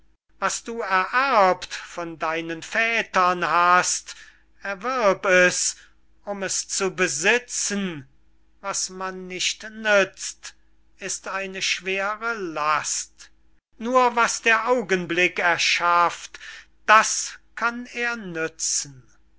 was du ererbt von deinen vätern hast erwirb es um es zu besitzen was man nicht nützt ist eine schwere last nur was der augenblick erschafft das kann er nützen